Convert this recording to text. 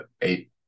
eight